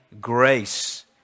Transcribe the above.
grace